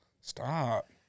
Stop